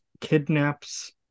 kidnaps